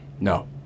No